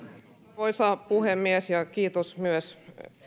arvoisa puhemies kiitos myös